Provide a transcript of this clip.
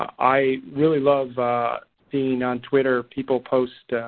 i really love being on twitter. people post